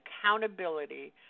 accountability